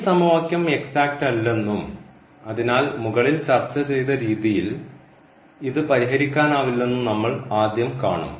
ഈ സമവാക്യം എക്സാക്റ്റ് അല്ലെന്നും അതിനാൽ മുകളിൽ ചർച്ച ചെയ്ത രീതിയിൽ ഇത് പരിഹരിക്കാനാവില്ലെന്നും നമ്മൾ ആദ്യം കാണും